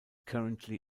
currently